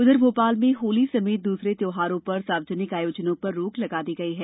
उधर भोपाल में होली समेत दूसरे त्योहारों पर सार्वजनिक आयोजनों पर रोक लगा दी गई है